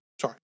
Sorry